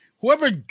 Whoever